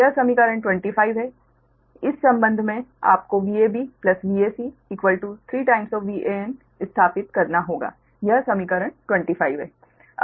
यह समीकरण 25 है इस संबंध को आपको Vab Vac 3Van स्थापित करना होगा यह समीकरण 25 है